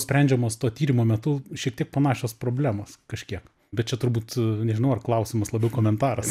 sprendžiamos to tyrimo metu šiek tiek panašios problemos kažkiek bet čia turbūt nežinau ar klausimas labiau komentaras